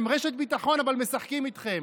הם רשת ביטחון, אבל הם משחקים איתכם.